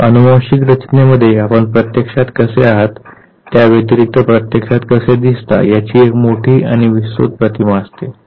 तर आनुवांशिक रचनेमध्ये आपण प्रत्यक्षात कसे आहात त्या व्यतिरिक्त प्रत्यक्षात कसे दिसता याची एक मोठी आणि विस्तृत प्रतिमा असते